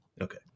Okay